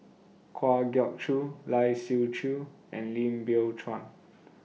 Kwa Geok Choo Lai Siu Chiu and Lim Biow Chuan